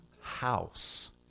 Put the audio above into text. house